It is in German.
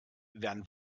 werden